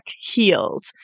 healed